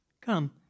Come